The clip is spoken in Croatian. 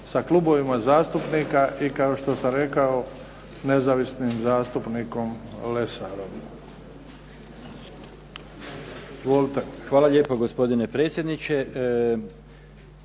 sa klubovima zastupnika i kao što sam rekao nezavisnim zastupnikom Lesarom. **Zubović, Mario (HDZ)** Hvala lijepa. Gospodine predsjedniče.